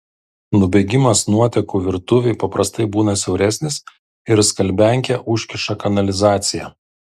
nubėgimas nuotekų virtuvėj paprastai būna siauresnis ir skalbiankė užkiša kanalizaciją